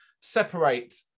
separate